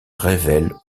révèle